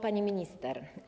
Pani Minister!